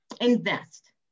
invest